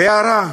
והערה,